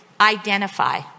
Identify